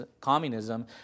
communism